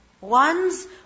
Ones